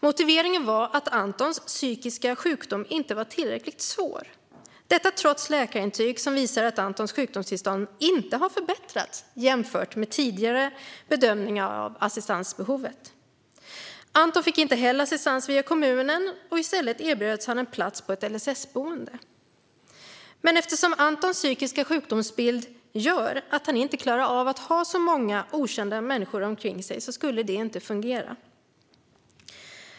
Motiveringen var att Antons psykiska sjukdom inte var tillräckligt svår, detta trots läkarintyg som visar att Antons sjukdomstillstånd inte har förbättrats jämfört med tidigare bedömning av assistansbehovet. Anton fick heller inte assistans via kommunen, utan i stället erbjöds han en plats på ett LSS-boende. Men eftersom Anton psykiska sjukdomsbild gör att han inte klarar av att ha många och okända människor omkring sig skulle det inte fungera.